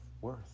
worth